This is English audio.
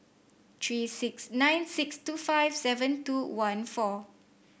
three six nine six two five seven two one four